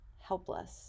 helpless